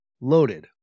loaded